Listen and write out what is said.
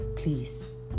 Please